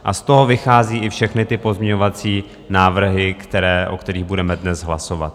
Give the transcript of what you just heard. Z toho vychází i všechny ty pozměňovací návrhy, o kterých budeme dnes hlasovat.